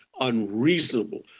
unreasonable